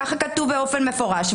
כך כתוב באופן מפורש,